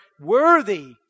worthy